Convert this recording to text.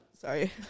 sorry